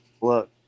look